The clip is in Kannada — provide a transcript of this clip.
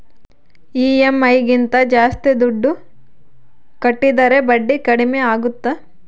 ಇ.ಎಮ್.ಐ ಗಿಂತ ಜಾಸ್ತಿ ದುಡ್ಡು ಕಟ್ಟಿದರೆ ಬಡ್ಡಿ ಕಡಿಮೆ ಆಗುತ್ತಾ?